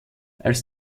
als